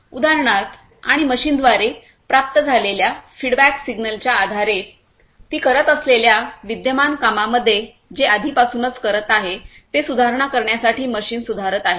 उदाहरणार्थ आणि मशीनद्वारे प्राप्त झालेल्या फीडबॅक सिग्नलच्या आधारे ती करत असलेल्या विद्यमान कामामध्ये जे आधीपासूनच करत आहे ते सुधारणा करण्यासाठी मशीन सुधारत आहे